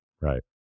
Right